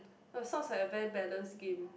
uh sounds like a very balanced game